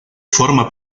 forma